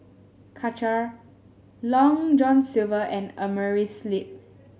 Karcher Long John Silver and Amerisleep